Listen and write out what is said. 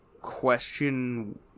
question